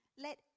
Let